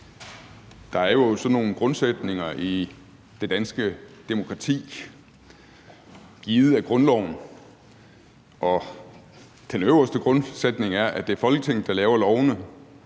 Der er jo sådan nogle grundsætninger i det danske demokrati givet af grundloven, og den øverste grundsætning er, at det er Folketinget, der laver lovene,